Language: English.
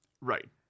Right